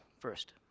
first